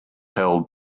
held